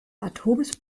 atoms